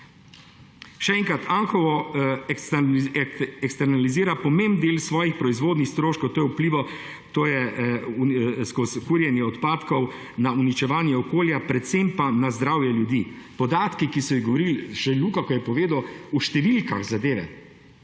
Še enkrat, Anhovo eksternalizira pomemben del svojih proizvodnih stroškov, to je skozi kurjenje odpadkov, na uničevanje okolja, predvsem pa na zdravje ljudi. Podatki, ki so jih govorili; že Luka, ko je povedal v številkah zadeve!